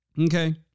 Okay